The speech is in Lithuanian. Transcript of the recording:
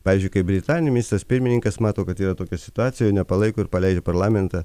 pavyzdžiui kai britanijoj mistras pirmininkas mato kad yra tokia situacija o nepalaiko ir paleidžia parlamentą